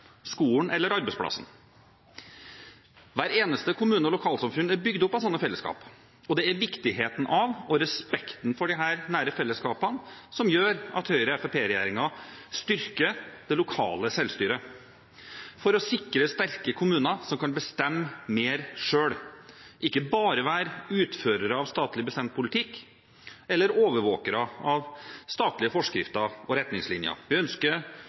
skolen eller arbeidsplassen. Hver eneste kommune og hvert eneste lokalsamfunn er bygd opp av slike fellesskap. Det er viktigheten av og respekten for disse nære fellesskapene som gjør at Høyre–Fremskrittsparti-regjeringen styrker det lokale selvstyret for å sikre sterke kommuner som kan bestemme mer selv og ikke bare være utførere av statlig bestemt politikk eller overvåkere av statlige forskrifter og retningslinjer.